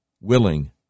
willing